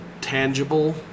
tangible